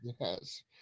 Yes